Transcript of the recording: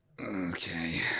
Okay